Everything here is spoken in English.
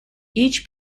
each